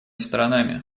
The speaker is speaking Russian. сторонами